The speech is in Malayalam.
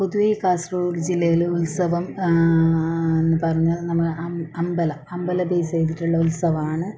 പൊതുവെ കാസർഗോഡ് ജില്ലയിൽ ഉത്സവം എന്നു പറഞ്ഞാൽ നമ്മൾ അമ്പലം അമ്പലം ബേസ് ചെയ്തിട്ടുള്ള ഉത്സവമാണ്